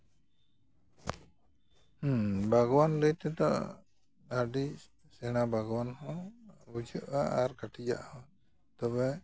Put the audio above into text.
ᱵᱟᱜᱽᱣᱟᱱ ᱞᱟᱹᱭ ᱛᱮᱫᱚ ᱟᱹᱰᱤ ᱥᱮᱬᱟ ᱵᱟᱜᱽᱣᱟᱱ ᱦᱚᱸ ᱵᱩᱡᱷᱟᱹᱜᱼᱟ ᱟᱨ ᱠᱟᱹᱴᱤᱡᱼᱟᱜ ᱦᱚᱸ ᱛᱚᱵᱮ